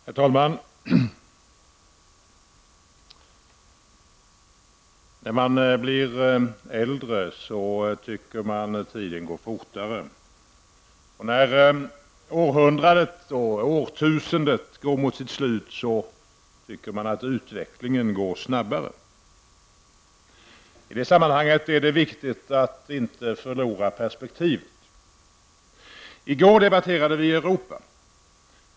Herr talman! När man blir äldre tycker man att tiden går fortare. När århundradet och årtusendet går mot sitt slut tycker man att utvecklingen går snabbare. I det sammanhanget är det viktigt att inte förlora perspektivet. I går debatterade vi Europa.